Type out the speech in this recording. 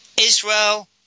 Israel